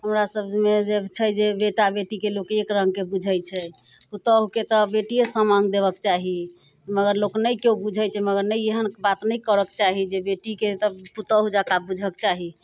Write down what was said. हमरासबमे छै जे बेटा बेटीके लोक एकरङ्गके बुझै छै पुतहुके तऽ बेटिए समान देबऽके चाही मगर लोक नहि केओ बुझै छै मगर नहि एहन बात नहि करऽके चाही जे बेटीके तऽ पुतहु जकाँ बुझऽके चाही